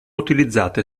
utilizzate